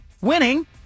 winning